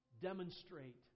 demonstrate